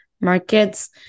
markets